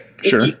sure